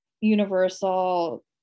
universal